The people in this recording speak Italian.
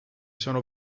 sono